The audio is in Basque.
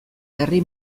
herri